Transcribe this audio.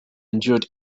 endured